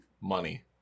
Money